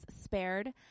spared